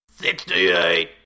68